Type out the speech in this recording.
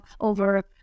over